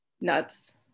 nuts